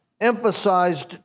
emphasized